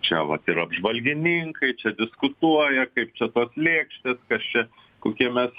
čia vat ir apžvalgininkai čia diskutuoja kaip čia tos lėkštės kas čia kokie mes